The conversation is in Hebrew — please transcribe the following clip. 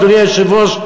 אדוני היושב-ראש,